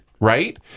Right